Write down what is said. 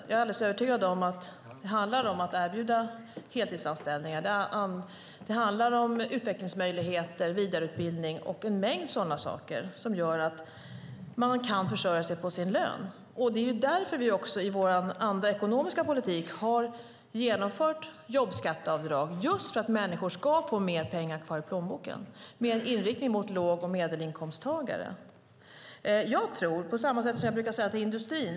Jag är alldeles övertygad om att det handlar om att erbjuda heltidsanställningar, utvecklingsmöjligheter, vidareutbildning och sådant som gör att man kan försörja sig på sin lön. I vår ekonomiska politik har vi genomfört jobbskatteavdrag med inriktning på låg och medelinkomsttagare just för att människor ska få mer pengar kvar i plånboken.